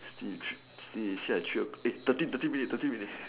thirty three see see I I three o~ eh thirty thirty minutes thirty minutes